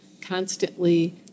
constantly